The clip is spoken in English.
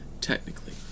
technically